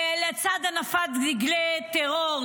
לצד הנפת דגלי טרור,